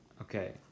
Okay